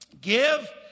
Give